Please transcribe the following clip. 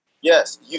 Yes